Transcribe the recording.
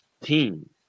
team